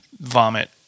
vomit